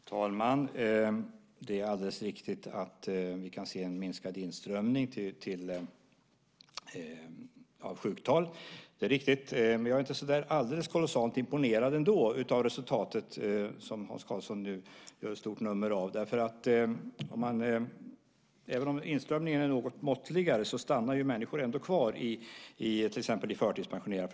Fru talman! Det är alldeles riktigt att vi kan se en minskad inströmning när det gäller sjuktalen; det är riktigt. Men jag är ändå inte så kolossalt imponerad av det resultat som Hans Karlsson gör ett stort nummer av. Även om inströmningen nu är något måttligare stannar människor ändå kvar i till exempel förtidspensionering.